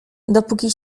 dopóki